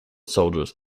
soldiers